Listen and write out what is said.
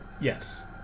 Yes